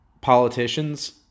politicians